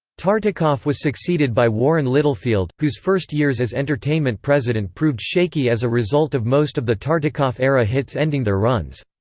tartikoff was succeeded by warren littlefield, whose first years as entertainment president proved shaky as a result of most of the tartikoff-era hits ending their runs.